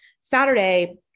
Saturday